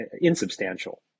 insubstantial